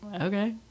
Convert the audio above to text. okay